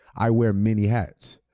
i wear many hats,